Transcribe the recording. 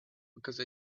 because